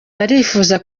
barifuza